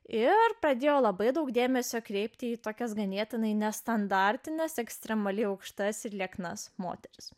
ir pradėjo labai daug dėmesio kreipti į tokias ganėtinai nestandartines ekstremaliai aukštas ir lieknas moteris